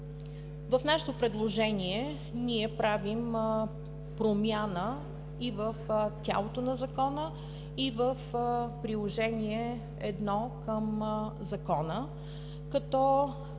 В нашето предложение правим промяна и в тялото на Закона, и в Приложение № 1 към Закона, като